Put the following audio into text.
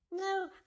No